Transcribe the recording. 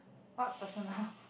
what personal